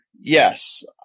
yes